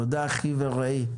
תודה אחי ורעי.